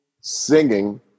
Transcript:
singing